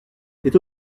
c’est